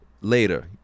later